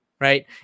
right